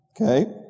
Okay